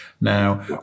now